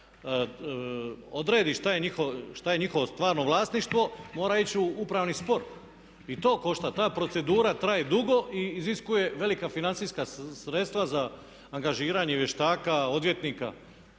odredi što je njihovo stvarno vlasništvo mora ići u upravni spor. I to košta, ta procedura traje dugo i iziskuje velika financijska sredstva za angažiranje vještaka, odvjetnika.